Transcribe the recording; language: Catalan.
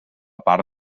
part